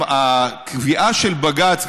הקביעה של בג"ץ,